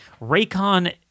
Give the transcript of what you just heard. Raycon